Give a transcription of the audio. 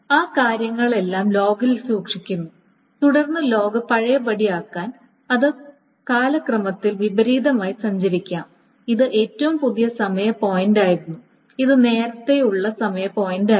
ആ കാര്യങ്ങളെല്ലാം ലോഗിൽ സൂക്ഷിക്കുന്നു തുടർന്ന് ലോഗ് പഴയപടിയാക്കാൻ അത് കാലക്രമത്തിൽ വിപരീതമായി സഞ്ചരിക്കാം ഇത് ഏറ്റവും പുതിയ സമയ പോയിന്റായിരുന്നു ഇത് നേരത്തെയുള്ള സമയ പോയിന്റായിരുന്നു